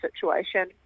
situation